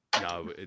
No